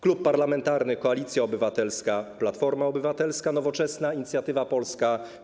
Klub Parlamentarny Koalicja Obywatelska - Platforma Obywatelska, Nowoczesna, Inicjatywa Polska,